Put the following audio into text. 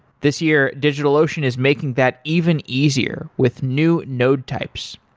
this year, digitalocean is making that even easier with new node types.